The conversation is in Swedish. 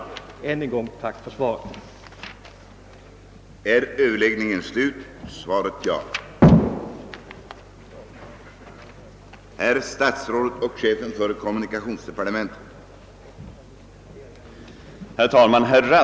Jag ber än en gång att få tacka statsrådet för svaret på min interpellation.